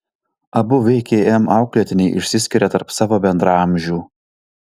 abu vkm auklėtiniai išsiskiria tarp savo bendraamžių